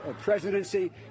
presidency